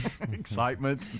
Excitement